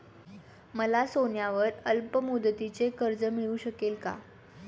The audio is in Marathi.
मला सोन्यावर अल्पमुदतीचे कर्ज मिळू शकेल का?